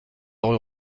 rue